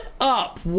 up